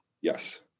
Yes